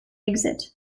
exit